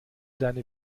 deine